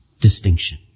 distinction